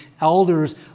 elders